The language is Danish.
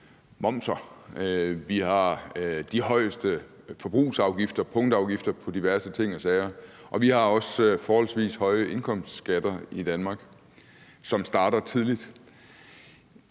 momser. Vi har de højeste forbrugsafgifter og punktafgifter på diverse ting og sager. Og vi har også forholdsvis høje indkomstskatter i Danmark, som starter tidligt.